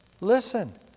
listen